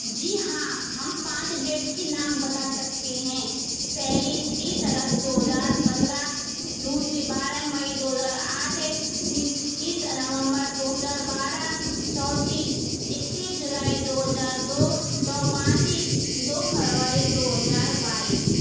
जी हाँ हम पाँच डेट्स के नाम बता सकते हैं पहले तीस अगस्त दो हज़ार पन्द्रह दूसरी बारह मई दो हज़ार आठ तीसरी तीस नवम्बर दो हज़ार बारह चौथी इक्कीस जुलाई दो हज़ार दो पाँचवीं दो फ़रवरी दो हज़ार बाईस